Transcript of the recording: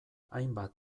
hainbat